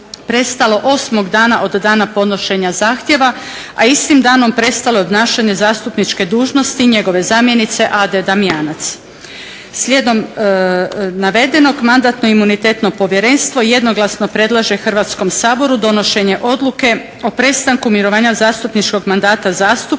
prestalo osmog dana od dana podnošenja zahtjeva, a istim danom prestalo je obnašanje zastupničke dužnosti njegove zamjenice Ade Damjanac. Slijedom navedenog Mandatno-imunitetno povjerenstvo jednoglasno predlaže donošenje odluke o prestanku mirovanja zastupničkog mandata zastupnika